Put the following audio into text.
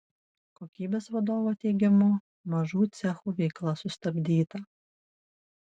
kokybės vadovo teigimu mažų cechų veikla sustabdyta